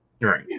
right